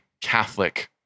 Catholic